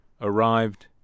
arrived